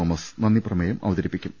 Thomas നന്ദി പ്രമേയം അവതരിപ്പിക്കും